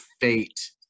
fate